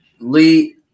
Lee